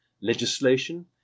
legislation